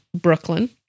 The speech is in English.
Brooklyn